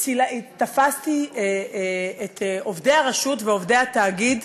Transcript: תפסתי את עובדי הרשות ועובדי התאגיד,